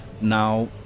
now